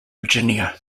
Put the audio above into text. virginia